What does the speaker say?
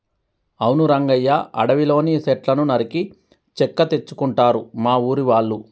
అవును రంగయ్య అడవిలోని సెట్లను నరికి చెక్క తెచ్చుకుంటారు మా ఊరి వాళ్ళు